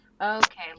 Okay